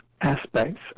aspects